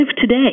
today